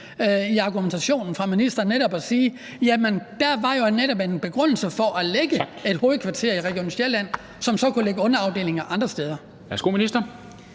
i argumentationen fra ministeren, altså ved at man sagde: Der var jo netop en begrundelse for at lægge et hovedkvarter i Region Sjælland, som så kunne lægge underafdelinger andre steder.